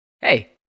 Hey